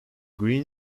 green